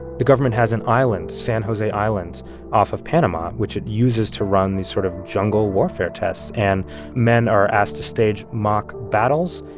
the government has an island, san jose island off of panama, which it uses to run these sort of jungle warfare tests. and men are asked to stage mock battles,